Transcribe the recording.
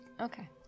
Okay